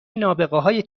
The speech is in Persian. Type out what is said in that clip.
نابغههای